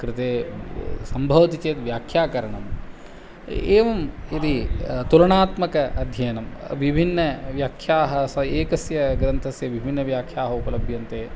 कृते सम्भवति चेत् व्याख्याकरणम् एवं यदि तुलनात्मकम् अध्ययनं विभिन्नव्याख्याः स एकस्य ग्रन्थस्य विभिन्नव्याख्याः उपलभ्यन्ते